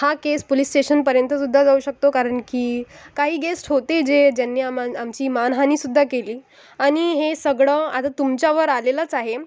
हा case police स्टेशनपर्यंतसुद्धा जाऊ शकतो कारण की काही गेस्ट होते जे ज्यांनी आम आमची मानहानीसुद्धा केली आणि हे सगळं आता तुमच्या वर आलेलंच आहे